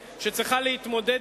הציבור צופה בנו כעת בהמוניו.